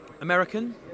American